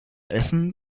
essen